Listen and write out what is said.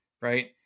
Right